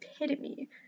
epitome